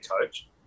coach